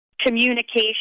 communication